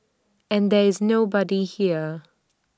and there is nobody here